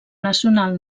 nacional